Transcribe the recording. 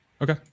okay